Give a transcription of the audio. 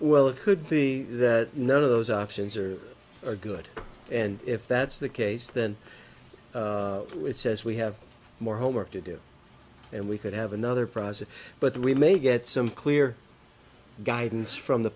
well it could be that none of those options are good and if that's the case then it says we have more homework to do and we could have another process but we may get some clear guidance from the